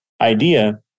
idea